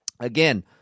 Again